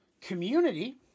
community